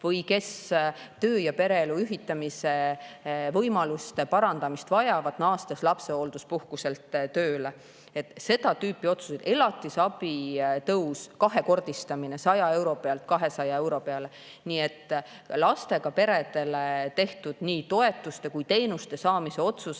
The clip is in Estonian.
vajavad töö- ja pereelu ühitamise võimaluste parandamist, naastes lapsehoolduspuhkuselt tööle. Seda tüüpi otsused. Elatisabi kahekordistub, tõuseb 100 euro pealt 200 euro peale. Nii et lastega perede [heaks] tehtud nii toetuste kui teenuste saamise otsuseid